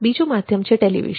બીજું માધ્યમ છે ટેલિવિઝન